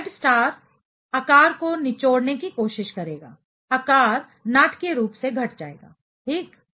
तो Z star आकार को निचोड़ने की कोशिश करेगा आकार नाटकीय रूप से घट जाएगा ठीक